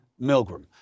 Milgram